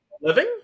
Living